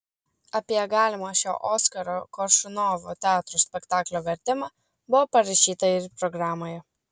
apie galimą šio oskaro koršunovo teatro spektaklio vertimą buvo parašyta ir programoje